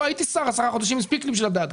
הייתי שר עשרה חודשים ואני יודע.